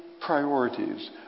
priorities